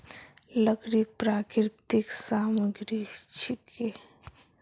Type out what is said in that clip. लकड़ी प्राकृतिक सामग्री छिके